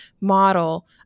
model